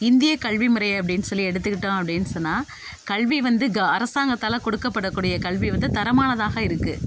இந்திய கல்விமுறை அப்படின் சொல்லி எடுத்துக்கிட்டோம் அப்படின் சொன்னால் கல்வி வந்து க அரசாங்கத்தால் கொடுக்கப்படக்கூடிய கல்வி வந்து தரமானதாக இருக்குது